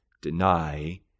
deny